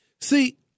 See